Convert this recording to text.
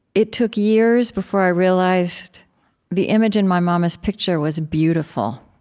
it took years before i realized the image in my mama's picture was beautiful.